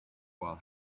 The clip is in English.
while